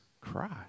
cry